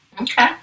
Okay